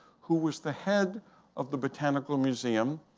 who was the head of the botanical museum.